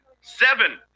Seven